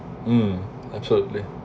um absolutely